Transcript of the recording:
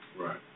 Right